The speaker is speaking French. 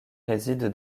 réside